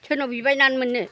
सोरनाव बिबायनानै मोननो